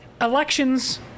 elections